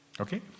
Okay